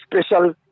special